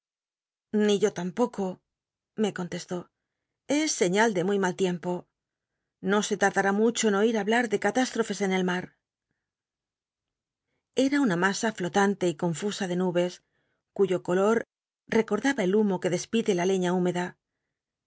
ni yo tampoco me contesló es señal de muy rual lic ni o no se lardar i mucho en oi ha blar de caltisll'ofcs ch el mar era una masa flotante y conftha de nubes cuyn color recordaba el humo que dc pidc la lciia húmeda